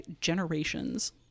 Generations*